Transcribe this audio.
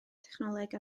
technoleg